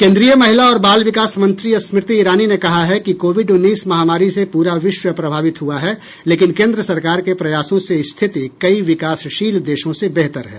केंद्रीय महिला और बाल विकास मंत्री स्मृति इरानी ने कहा है कि कोविड उन्नीस महामारी से पूरा विश्व प्रभावित हुआ है लेकिन केंद्र सरकार के प्रयासों से स्थिति कई विकासशील देशों से बेहतर है